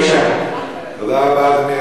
אדוני,